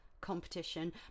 competition